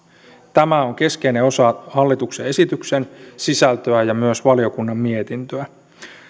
tämä on keskeinen osa hallituksen esityksen sisältöä ja myös valiokunnan mietintöä